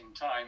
time